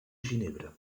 ginebra